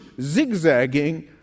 zigzagging